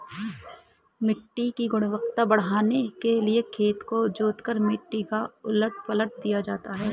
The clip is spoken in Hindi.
मिट्टी की गुणवत्ता बढ़ाने के लिए खेत को जोतकर मिट्टी को उलट पलट दिया जाता है